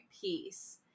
piece